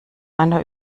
einer